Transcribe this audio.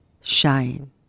shine